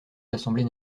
l’assemblée